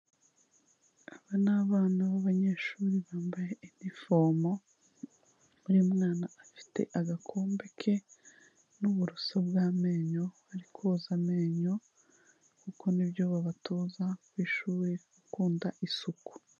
Aba n'abana b'abanyeshuri bambaye inifomo, buri mwana afite agakombe ke n'uburoso bw'amenyo bari koza amenyo, kuko nibyo babatoza ku ishuri gukunda isuku.